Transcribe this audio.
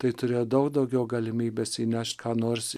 tai turėjo daug daugiau galimybės įnešt ką nors